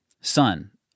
Son